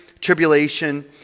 Tribulation